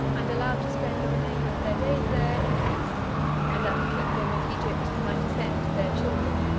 and allowed to spend the remainder of their days there in peace and that the kingdom of egypt might descend to their children.